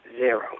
zero